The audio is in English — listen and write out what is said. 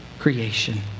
Creation